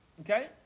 Okay